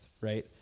right